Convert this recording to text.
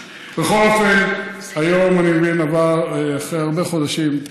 בכל אופן, היום אני מבין שעבר, אחרי הרבה חודשים,